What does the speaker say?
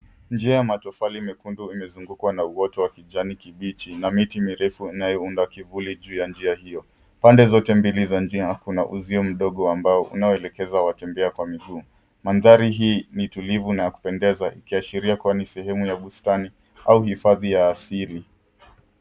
Njis ya matofali mekundu imezungukwa na uoto wa kijani kibichi na miti mirefu inayounda kivuli juu ya njia hiyo. Pande zote za njia kuna uzio mdogo wa mbao unaoelekeza watembea wa miguu. Mandhari hii ni tulivu na ya kupendeza ikiashiria kuwa ni sehemu ya bustani au hifadhi ya asili.